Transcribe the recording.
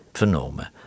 vernomen